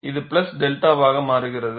இது பிளஸ் 𝛅 வாக மாறுகிறது